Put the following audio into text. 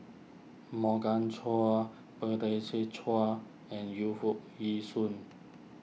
Morgan Chua Chow and Yu Foo Yee Shoon